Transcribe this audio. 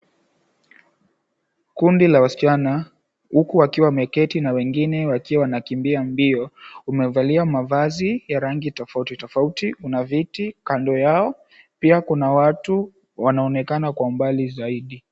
Kundi la wasichana huku wakiwa wameketi na wengine wakiwa wanakimbia mbio. Wamevalia mavazi ya rangi tofauti tofauti, kuna viti kando yao pia kuna watu wanaonekana kwa umbali zaidi.